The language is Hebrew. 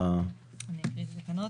אני אקריא את התקנות.